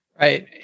Right